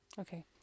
Okay